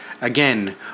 Again